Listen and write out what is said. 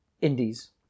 Indies